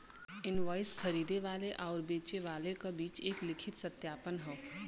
invoice खरीदे वाले आउर बेचे वाले क बीच एक लिखित सत्यापन हौ